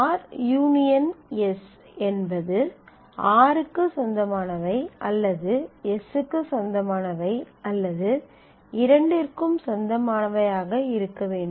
r Ս s என்பது r க்கு சொந்தமானவை அல்லது s க்கு சொந்தமானவை அல்லது இரண்டிற்கும் சொந்தமானவையாக இருக்க வேண்டும்